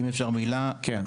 כן.